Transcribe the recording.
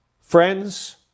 Friends